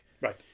Right